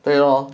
对 lor